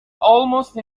almost